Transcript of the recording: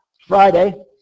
Friday